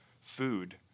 food